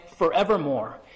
Forevermore